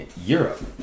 Europe